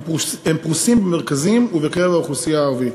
הם פרוסים במרכזים ובקרב האוכלוסייה הערבית.